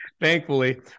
thankfully